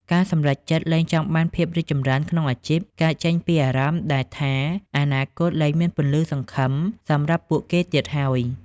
ការសម្រេចចិត្តលែងចង់បានភាពរីកចម្រើនក្នុងអាជីព កើតចេញពីអារម្មណ៍ដែលថាអនាគតលែងមានពន្លឺសង្ឃឹមសម្រាប់ពួកគេទៀតហើយ។